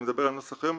אני מדבר על הנוסח היום,